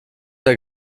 der